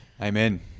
Amen